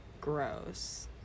Gross